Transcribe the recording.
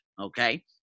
okay